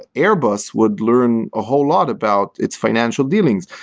airbus, would learn a whole lot about its financial dealings.